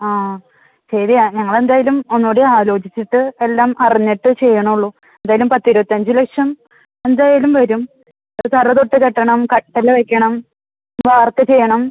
ആ ശരിയാനണ് ഞങ്ങൾ എന്തായാലും ഒന്നു കൂടി ആലോചിച്ചിട്ട് എല്ലാം അറഞ്ഞിട്ട് ചെയ്യുന്നുള്ളൂ എന്തായാലും പത്ത് ഇരുപത്തി അഞ്ച് ലക്ഷം എന്തായാലും വരും തറ തൊട്ട് കെട്ടണം കട്ടില വയ്ക്കണം വാർക്ക ചെയ്യണം